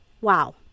wow